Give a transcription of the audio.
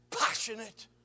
passionate